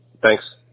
Thanks